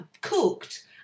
cooked